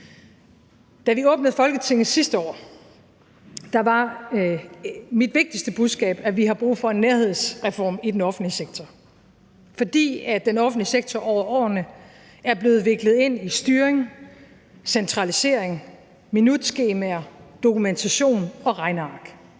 Da vi åbnede Folketinget sidste år, var mit vigtigste budskab, at vi har brug for en nærhedsreform i den offentlige sektor, fordi den offentlige sektor over årene er blevet viklet ind i styring, centralisering, minutskemaer, dokumentation og regneark.